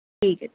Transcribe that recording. ठीक आहे